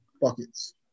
buckets